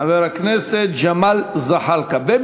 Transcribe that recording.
חבר הכנסת ג'מאל זחאלקה.